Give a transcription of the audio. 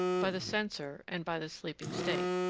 by the censor and by the sleeping state.